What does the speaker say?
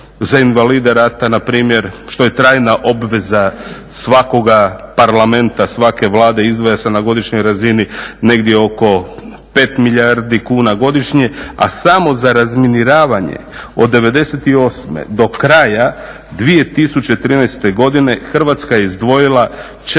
Za invalide rata npr. što je trajna obveza svakoga Parlamenta, svake Vlade, izdvaja se na godišnjoj razini negdje oko 5 milijardi kuna. A samo za razminiravanje od 98. do kraja 2013. godine Hrvatska je izdvojila 4,2